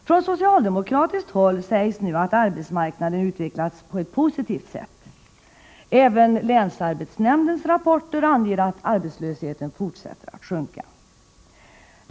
Från socialdemokratiskt håll sägs nu att arbetsmarknaden har utvecklats på ett positivt sätt. Även länsarbetsnämndens rapporter anger att arbetslösheten fortsätter att sjunka.